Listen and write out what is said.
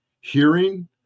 hearing